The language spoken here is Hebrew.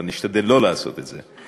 אבל נשתדל לא לעשות את זה.